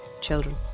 children